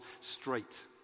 straight